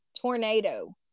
tornado